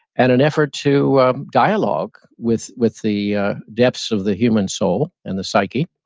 and an effort to dialogue with with the depths of the human soul and the psyche.